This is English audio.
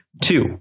Two